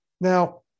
Now